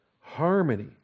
harmony